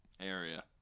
area